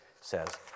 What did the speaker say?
says